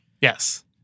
Yes